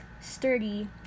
sturdy